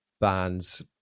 bands